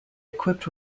equipped